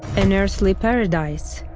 an earthly paradise